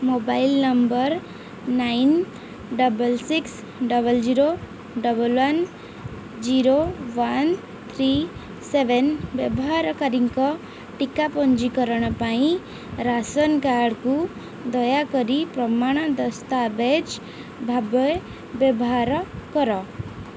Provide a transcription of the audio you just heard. mobile number nine double six double zero double one zero one three seven ବ୍ୟବହାରକାରୀଙ୍କ ଟିକା ପଞ୍ଜୀକରଣ ପାଇଁ ration କାର୍ଡ଼୍କୁ ଦୟାକରି ପ୍ରମାଣ ଦସ୍ତାବିଜ ଭାବେ ବ୍ୟବହାର କର